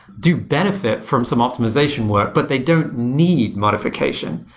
do benefit from some optimization work, but they don't need modification.